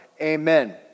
Amen